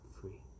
free